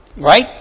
Right